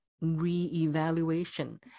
re-evaluation